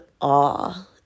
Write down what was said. awe